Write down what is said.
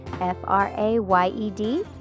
F-R-A-Y-E-D